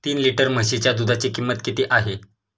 तीन लिटर म्हशीच्या दुधाची किंमत किती आहे?